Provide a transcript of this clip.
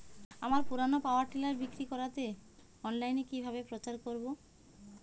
আমার পুরনো power tiller বিক্রি করাতে অনলাইনে কিভাবে প্রচার করব?